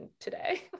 today